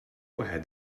ahead